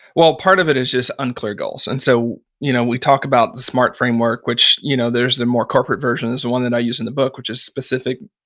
well, part of it is just unclear goals. and so, you know we talk about the smart framework, which you know there's the more corporate version. there's the one that i use in the book, which is specific,